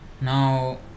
Now